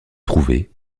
trouvé